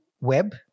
web